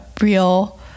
real